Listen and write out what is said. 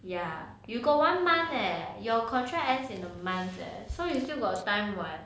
ya you got one month leh your contract ends in a month's leh so you still got time [what]